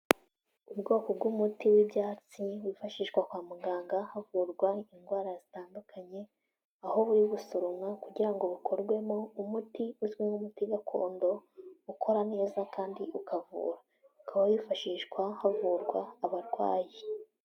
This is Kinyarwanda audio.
Ubwoko bw'umuti w'ibyatsi wifashishwa kwa muganga havurwa indwara zitandukanye, aho buri gusoromwa kugira ngo bukorwemo umuti uzwi nk'umuti gakondo ukora neza kandi ukavura, ukaba wifashishwa havurwa abarwayi.